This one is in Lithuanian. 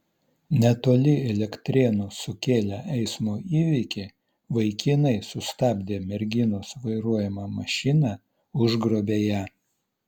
netoli elektrėnų sukėlę eismo įvykį vaikinai sustabdė merginos vairuojamą mašiną užgrobė ją